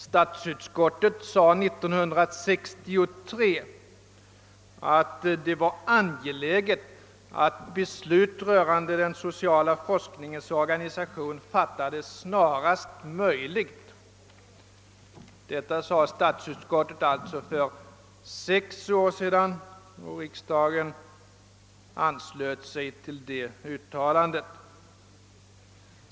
Statsutskottet uttalade 1963 att det var angeläget att beslut rörande den sociala forskningens organisation fattades snarast möjligt. Det var alltså för sex år sedan, och riksdagen anslöt sig till uttalandet.